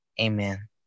Amen